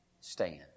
stand